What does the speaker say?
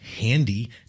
handy